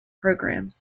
programs